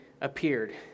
appeared